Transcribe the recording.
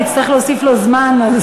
אני אצטרך להוסיף לו זמן.